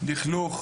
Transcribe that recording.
יש שם לכלוך,